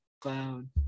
Cloud